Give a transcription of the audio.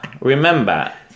remember